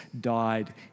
died